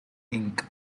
ink